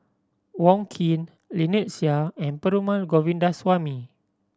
Wong Keen Lynnette Seah and Perumal Govindaswamy